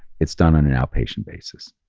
it's done on an out-patient basis.